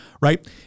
Right